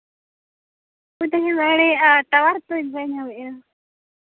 ᱦᱩᱭ ᱛᱚ ᱦᱩᱭ ᱫᱟᱲᱮᱭᱟᱜᱼᱟ ᱴᱟᱣᱟᱨ ᱛᱚ ᱵᱟᱭ ᱧᱟᱢ ᱮᱜᱼᱟ